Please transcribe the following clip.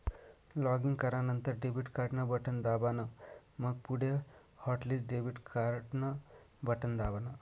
login करानंतर debit card न button दाबान, मंग पुढे हॉटलिस्ट डेबिट कार्डन बटन दाबान